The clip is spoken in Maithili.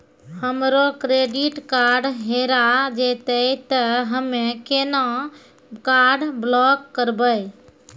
हमरो क्रेडिट कार्ड हेरा जेतै ते हम्मय केना कार्ड ब्लॉक करबै?